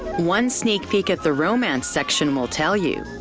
one sneak peek at the romance section will tell you,